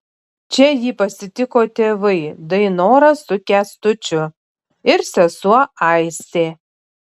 čia jį pasitiko tėvai dainora su kęstučiu ir sesuo aistė